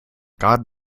god